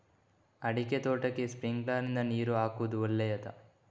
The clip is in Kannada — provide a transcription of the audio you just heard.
ಅಡಿಕೆ ತೋಟಕ್ಕೆ ಸ್ಪ್ರಿಂಕ್ಲರ್ ನಿಂದ ನೀರು ಹಾಕುವುದು ಒಳ್ಳೆಯದ?